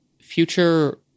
future